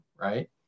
Right